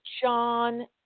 John